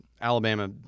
Alabama